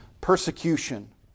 persecution